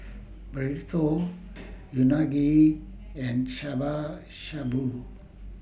Burrito Unagi and Shabu Shabu